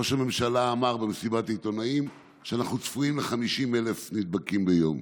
ראש הממשלה אמר במסיבת עיתונאים שאנחנו צפויים ל-50,000 נדבקים ביום.